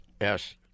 Yes